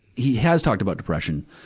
he has talked about depression.